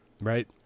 right